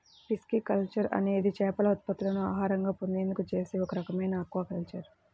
pisciculture అనేది చేపల ఉత్పత్తులను ఆహారంగా పొందేందుకు చేసే ఒక రకమైన ఆక్వాకల్చర్